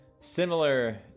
Similar